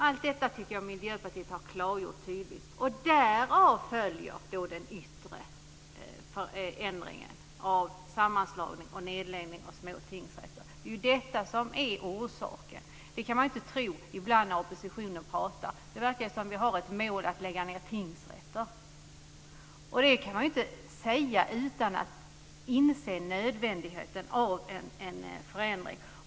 Allt detta tycker jag att Miljöpartiet har klargjort tydligt, och därav följer den yttre förändringen med sammanslagning och nedläggning av små tingsrätter. Det är detta som är orsaken. Det kan man inte tro ibland när oppositionen pratar. Det verkar som om vi skulle ha som mål att lägga ned tingsrätter. Det kan man ju inte säga utan att inse nödvändigheten av en förändring.